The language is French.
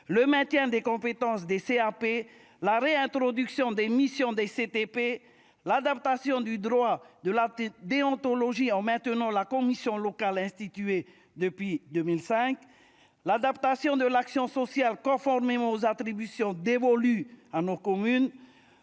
le maintien des compétences des CAP ; la réintroduction des missions des CTP ; l'adaptation du droit de la déontologie et le maintien de la commission locale instituée en 2005 ; l'adaptation de l'action sociale conformément aux attributions dévolues à nos communes